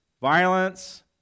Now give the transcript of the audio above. Violence